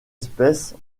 espèces